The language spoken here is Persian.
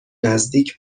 نزدیک